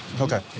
Okay